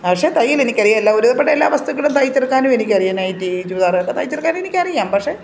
പക്ഷെ തയ്യലെനിക്കറിയാലോ ഒരുവിധപ്പെട്ട എല്ലാ വസ്തുക്കളും തയ്ച്ചെടുക്കാനും എനിക്കറിയാം നൈറ്റി ചുരിദാറൊക്കെ തയ്ച്ചെടുക്കാൻ എനിക്കറിയാം പക്ഷെ